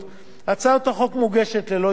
הצעת החוק מוגשת ללא הסתייגויות.